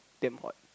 damn hot